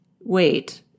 wait